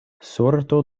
sorto